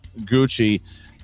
Gucci